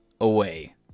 away